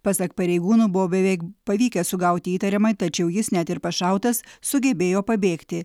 pasak pareigūnų buvo beveik pavykę sugauti įtariamą tačiau jis net ir pašautas sugebėjo pabėgti